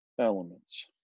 elements